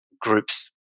groups